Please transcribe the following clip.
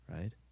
right